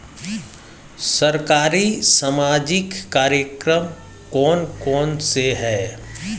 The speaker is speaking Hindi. सरकारी सामाजिक कार्यक्रम कौन कौन से हैं?